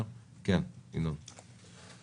ינון, בבקשה.